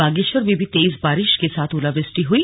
बागेश्वर में भी तेज बारिश के साथ ओलावृष्टि हुई